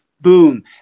Boom